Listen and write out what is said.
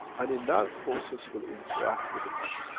and in that process, will interact with the man.